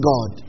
God